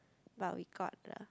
but we got the